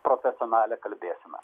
profesionalią kalbėseną